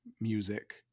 music